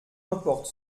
importe